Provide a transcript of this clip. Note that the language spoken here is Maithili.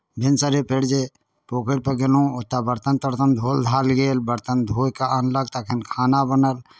भिनसरे फेर जे पोखरिपर गेलहुँ ओतय बरतन तरतन धोअल धाअल गेल बरतन धोए कऽ आनलक तखन खाना बनल